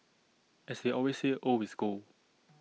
as they always say old is gold